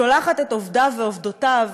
שולחת את עובדיו ועובדותיו